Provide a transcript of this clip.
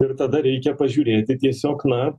ir tada reikia pažiūrėti tiesiog na